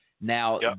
Now